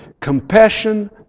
Compassion